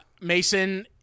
Mason